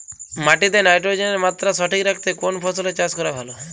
মাটিতে নাইট্রোজেনের মাত্রা সঠিক রাখতে কোন ফসলের চাষ করা ভালো?